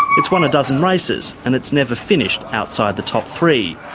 it's won a dozen races and it's never finished outside the top three.